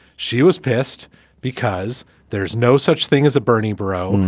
she was pissed because there's no such thing as a bernie barrow.